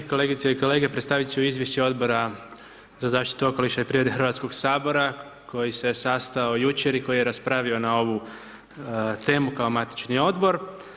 Kolegice i kolege, predstavit ću Izvješće Odbora za zaštitu okoliša i prirode HS-a koji se sastao jučer i koji je raspravio na ovu temu kao matični Odbor.